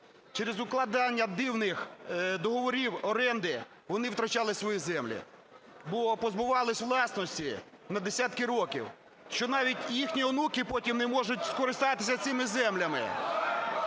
Через укладення дивних договорів оренди вони втрачали свої землі, бо позбувались власності на десятки років, що навіть їхні онуки потім не можуть скористатися цими землями.